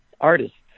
artists